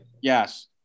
Yes